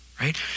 right